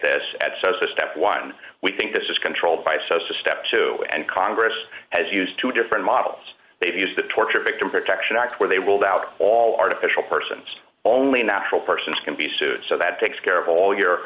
this at so step one we think this is controlled by sosa step two and congress has used two different models they've used the torture victim protection act where they will doubt all artificial persons only natural persons can be sued so that takes care of all your